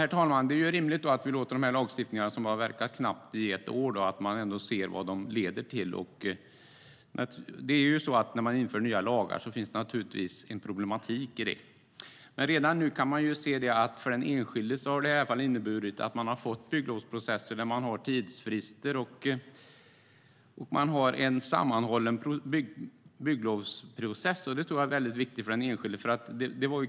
Herr talman! Det är rimligt att man ser vad denna lagstiftning leder till. Den har nu verkat i drygt ett år. När man inför nya lagar finns det naturligtvis en problematik i det. För den enskilde kan man dock se att den nya lagstiftningen har inneburit att man har fått bygglovsprocesser där man har tidsfrister. Man har en sammanhållen bygglovsprocess, och det tror jag är mycket viktigt för den enskilde.